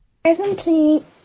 Presently